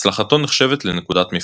הצלחתו נחשבת לנקודת מפנה.